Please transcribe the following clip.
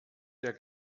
der